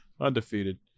Undefeated